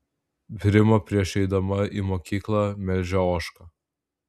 prima prieš eidama į mokyklą melžia ožką